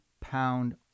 pound